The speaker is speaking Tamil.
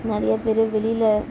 நிறைய பேர் வெளியில